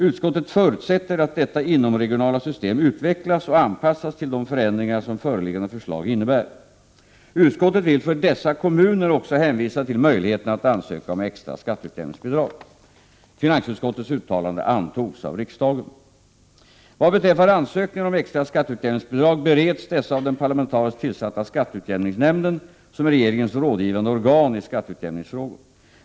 Utskottet förutsätter att detta inomregionala system utvecklas och anpassas till de förändringar som föreliggande förslag innebär. Utskottet vill för dessa kommuner också hänvisa till möjligheterna att ansöka om extra skatteutjämningsbidrag.” Vad beträffar ansökningar om extra skatteutjämningsbidrag bereds dessa av den parlamentariskt tillsatta skatteutjämningsnämnden som är regeringens rådgivande organ i skatteutjämningsfrågor.